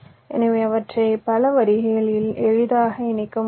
எனவே அவற்றை பல வரிசைகளில் எளிதாக இணைக்க முடியும்